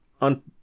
on